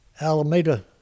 Alameda